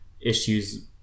issues